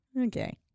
okay